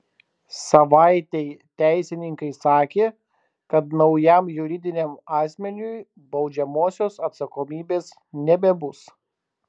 savaitei teisininkai sakė kad naujam juridiniam asmeniui baudžiamosios atsakomybės nebebus